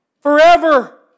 forever